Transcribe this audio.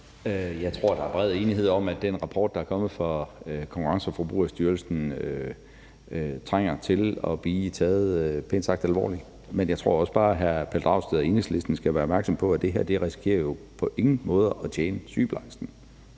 Jeg tror, der er bred enighed om, at den rapport, der er kommet fra Konkurrence- og Forbrugerstyrelsen, trænger til at blive taget pænt sagt alvorligt. Men jeg tror også bare, hr. Pelle Dragsted og Enhedslisten skal være opmærksomme på, at det her risikerer ikke på nogen måder at tjene sygeplejersken.